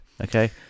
okay